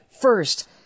First